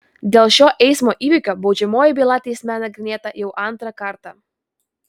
dėl šio eismo įvykio baudžiamoji byla teisme nagrinėta jau antrą kartą